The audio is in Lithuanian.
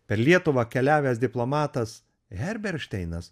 per lietuvą keliavęs diplomatas herberšteinas